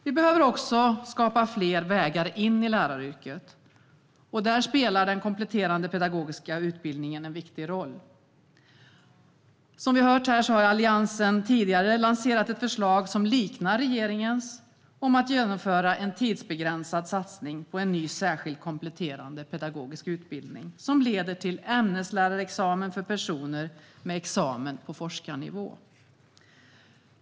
Vi behöver också skapa fler vägar in i läraryrket, och där spelar den kompletterande pedagogiska utbildningen en viktig roll. Som vi hört här har Alliansen tidigare lanserat ett förslag som liknar regeringens om att genomföra en tidsbegränsad satsning på en ny särskild kompletterande pedagogisk utbildning som leder till ämneslärarexamen för personer med examen på forskarnivå.